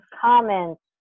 comments